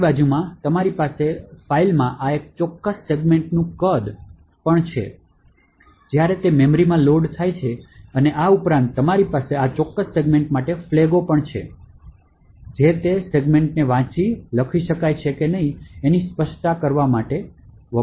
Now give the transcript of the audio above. આની બાજુમાં તમારી પાસે ફાઇલમાં આ ચોક્કસ સેગમેન્ટનું કદ અને સેગમેન્ટનું કદ પણ છે જ્યારે તે મેમરીમાં લોડ થાય છે અને આ ઉપરાંત તમારી પાસે આ ચોક્કસ સેગમેન્ટ માટે ફ્લેગો છે જે તે સેગમેન્ટને વાંચી લખી શકાય છે કે નહીં તે સ્પષ્ટ કરે છે ચલાવવામાં આવશે